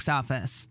office